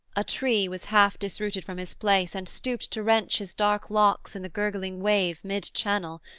a tree was half-disrooted from his place and stooped to wrench his dark locks in the gurgling wave mid-channel.